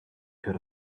could